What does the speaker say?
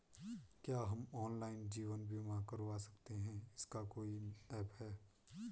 क्या हम ऑनलाइन जीवन बीमा करवा सकते हैं इसका कोई ऐप है?